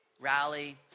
rally